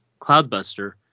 Cloudbuster